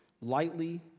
lightly